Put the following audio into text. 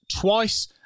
twice